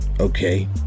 okay